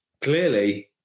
Clearly